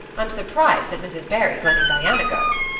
i'm surprised at mrs. barry's letting diana go.